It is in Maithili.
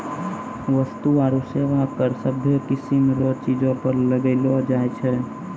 वस्तु आरू सेवा कर सभ्भे किसीम रो चीजो पर लगैलो जाय छै